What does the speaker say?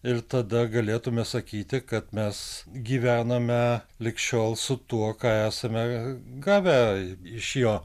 ir tada galėtume sakyti kad mes gyvename lig šiol su tuo ką esame gavę iš jo